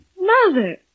Mother